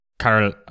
Carol